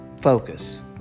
focus